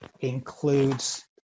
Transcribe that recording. includes